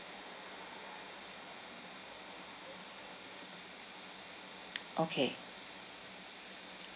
okay